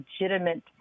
legitimate